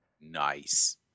Nice